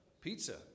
Pizza